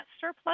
surplus